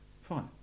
Fine